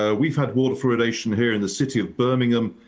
ah we've had water fluoridation here in the city of birmingham,